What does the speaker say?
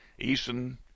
Eason